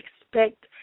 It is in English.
expect